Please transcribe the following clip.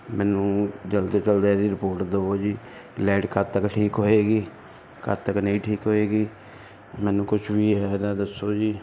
ਮੈਨੂੰ ਜਲਦੀ ਤੋਂ ਜਲਦੀ ਇਹਦੀ ਰਿਪੋਰਟ ਦੇਵੋ ਜੀ ਲੈਟ ਕਦ ਤੱਕ ਠੀਕ ਹੋਏਗੀ ਕਦ ਤੱਕ ਨਹੀਂ ਠੀਕ ਹੋਏਗੀ ਮੈਨੂੰ ਕੁਛ ਵੀ ਹੈ ਇਹਦਾ ਦੱਸੋ ਜੀ